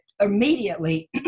immediately